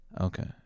Okay